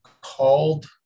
called